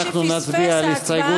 אנחנו נצביע על הסתייגות,